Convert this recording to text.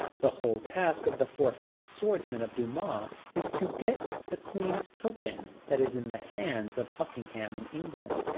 the whole task of the four famous swordsmen of dumas is to get the queen's token that is in the hands of buckingham in england,